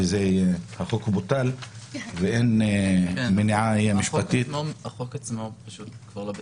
החוק בוטל ואין מניעה משפטית --- החוק עצמו כבר לא בתוקף.